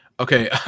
Okay